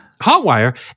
Hotwire